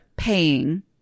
paying